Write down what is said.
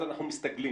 אז אנחנו מסתגלים,